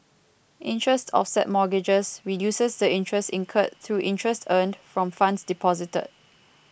interest offset mortgages reduces the interest incurred through interest earned from funds deposited